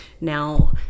now